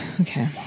Okay